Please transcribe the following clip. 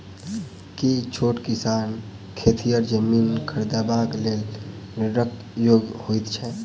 की छोट किसान खेतिहर जमीन खरिदबाक लेल ऋणक योग्य होइ छै?